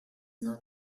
not